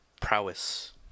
prowess